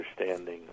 understanding